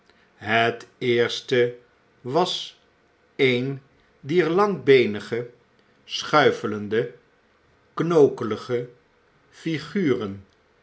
het eerste was een dier langbeenige schuifelende knokkelige figuren